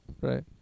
Right